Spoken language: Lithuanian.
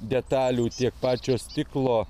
detalių tiek pačio stiklo